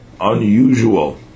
unusual